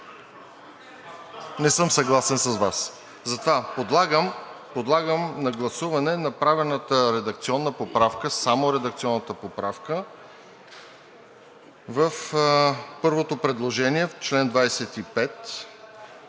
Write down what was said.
не съм съгласен с Вас. Подлагам на гласуване направената редакционна поправка – само редакционната поправка в първото предложение в чл. 25,